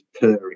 purring